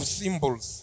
symbols